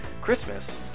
Christmas